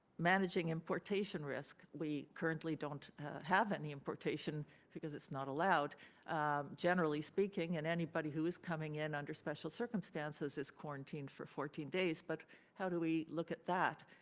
managing importation risk. we currently don't have any importation because it is not allowed generally speaking and anyone who is coming and under special circumstances is quarantined for fourteen days. but how do we look at that?